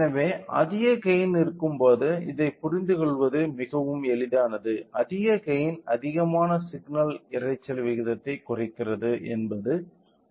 எனவே அதிக கெய்ன் இருக்கும்போது இதைப் புரிந்துகொள்வது மிகவும் எளிதானது அதிக கெய்ன் அதிகமான சிக்னல் இரைச்சல் விகிதத்தை குறைக்கிறது என்பது உங்களுக்கு எளிதாக தெரியும்